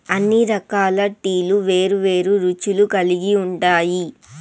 అన్ని రకాల టీలు వేరు వేరు రుచులు కల్గి ఉంటాయి